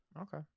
Okay